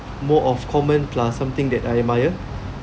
more of common plus something that I admire